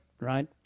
right